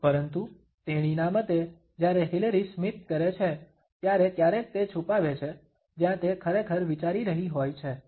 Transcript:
પરંતુ તેણીના મતે જ્યારે હિલેરી સ્મિત કરે છે ત્યારે ક્યારેક તે છુપાવે છે જ્યાં તે ખરેખર વિચારી રહી હોય છે